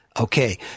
Okay